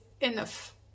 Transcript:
enough